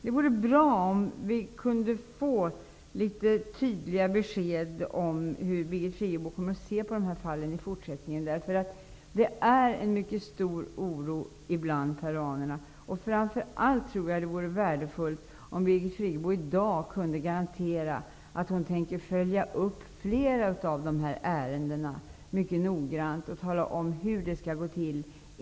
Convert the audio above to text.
Det vore bra om vi kunde få tydliga besked om hur Birgit Friggebo kommer att se på dessa fall i fortsättningen. Det finns en mycket stor oro bland peruanerna. Jag tror framför allt att det vore värdefullt om Birgit Friggebo i dag kunde garantera att hon tänker följa upp flera av dessa ärenden -- inte bara ett enstaka -- mycket noggrant och tala om hur det skall gå till.